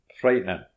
Frightening